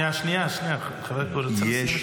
שנייה, שנייה, חבר הכנסת פה רוצה לסיים משפט.